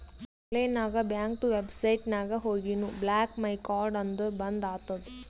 online ನಾಗ್ ಬ್ಯಾಂಕ್ದು website ನಾಗ್ ಹೋಗಿನು ಬ್ಲಾಕ್ ಮೈ ಕಾರ್ಡ್ ಅಂದುರ್ ಬಂದ್ ಆತುದ